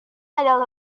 adalah